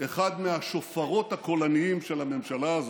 אחד מהשופרות הקולניים של הממשלה הזאת,